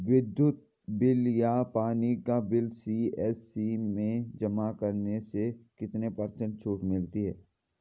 विद्युत बिल या पानी का बिल सी.एस.सी में जमा करने से कितने पर्सेंट छूट मिलती है?